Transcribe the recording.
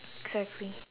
exactly